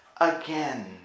Again